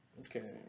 Okay